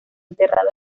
enterrado